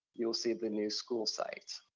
you'll see the new school site.